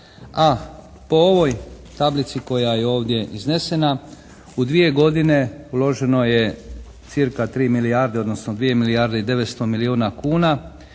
a po ovoj tablici koja je ovdje iznesena u dvije godine uloženo je cca. 3 milijarde odnosno 2 milijarde i 900 milijuna kuna